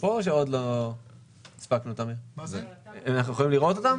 אנחנו יכולים לראות אותן?